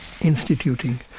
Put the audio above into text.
instituting